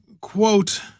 quote